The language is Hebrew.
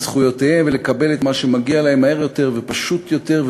זכויותיהם ולקבל את מה שמגיע להם מהר יותר ופשוט יותר,